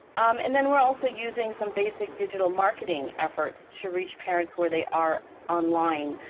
um and then we're also using some basic digital marketing efforts to reach parents where they are online.